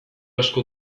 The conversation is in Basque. asko